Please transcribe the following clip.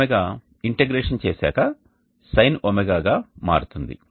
Cos ω integration చేశాక sin ω గా మారుతుంది